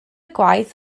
gwaith